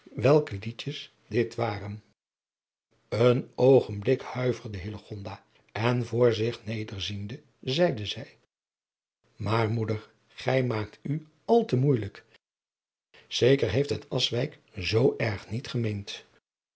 welke liedjes dit waren een oogenblik huiverde hillegonda en voor zich nederziende zeide zij maar moeder gij maakt u al te moeijelijk zeker heeft het akswijk zoo erg niet gemeend